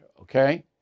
okay